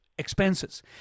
expenses